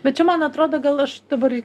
bet čia man atrodo gal aš dabar